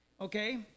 Okay